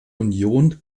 union